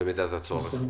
במידת הצורך.